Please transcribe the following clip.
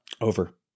Over